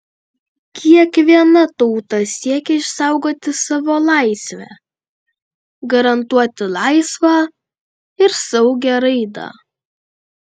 kiekviena tauta siekia išsaugoti savo laisvę garantuoti laisvą ir saugią raidą